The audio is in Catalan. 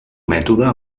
mètode